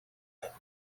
байв